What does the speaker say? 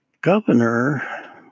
governor